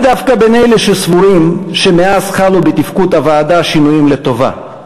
אני דווקא בין אלה שסבורים שמאז חלו בתפקוד הוועדה שינויים לטובה,